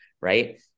right